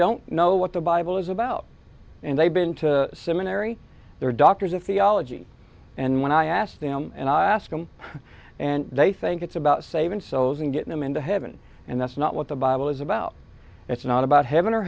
don't know what the bible is about and they've been to seminary their doctors of theology and when i ask them and i ask them and they think it's about saving souls and getting them into heaven and that's not what the bible is about it's not about heaven or